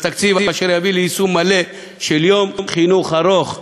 אשר יביא ליישום מלא של יום חינוך ארוך,